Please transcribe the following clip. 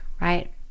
right